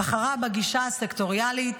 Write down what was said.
בחרה בגישה הסקטוריאלית,